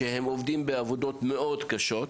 עובדים בעבודות מאוד קשות.